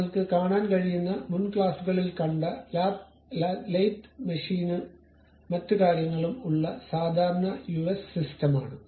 നിങ്ങൾക്ക് കാണാൻ കഴിയുന്ന മുൻ ക്ലാസുകളിൽ കണ്ട ലാത്ത് മെഷീനുകളും മറ്റ് കാര്യങ്ങളും ഉള്ള സാധാരണ യുഎസ് സിസ്റ്റമാണ്